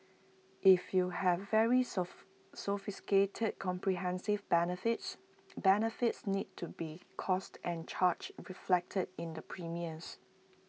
if you have very sophisticated comprehensive benefits benefits need to be costed and charged reflected in the premiums